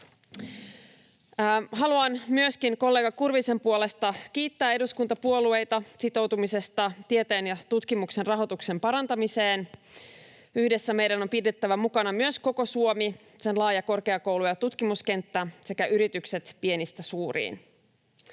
Haluan myöskin kollega Kurvisen puolesta kiittää eduskuntapuolueita sitoutumisesta tieteen ja tutkimuksen rahoituksen parantamiseen. Yhdessä meidän on myös pidettävä mukana koko Suomi, sen laaja korkeakoulu‑ ja tutkimuskenttä sekä yritykset pienistä suuriin.